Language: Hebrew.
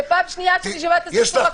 זו הפעם השנייה שאני שומעת את הסיפור הזה